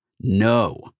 no